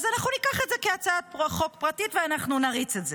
אז אנחנו ניקח את זה כהצעת חוק פרטית ואנחנו נריץ את זה.